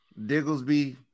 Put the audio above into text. Digglesby